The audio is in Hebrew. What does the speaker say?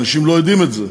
אנשים לא יודעים את זה,